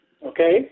Okay